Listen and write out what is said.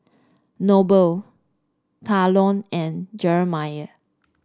Noble Talon and Jerome